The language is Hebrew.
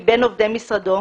מבין עובדי משרדו,